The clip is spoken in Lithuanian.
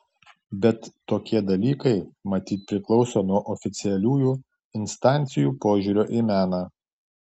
bet tokie dalykai matyt priklauso nuo oficialiųjų instancijų požiūrio į meną